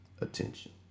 attention